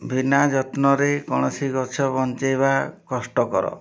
ବିନା ଯତ୍ନରେ କୌଣସି ଗଛ ବଞ୍ଚାଇବା କଷ୍ଟକର